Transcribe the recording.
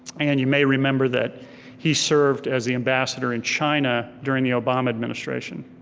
and you may remember that he served as the ambassador in china during the obama administration.